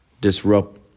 disrupt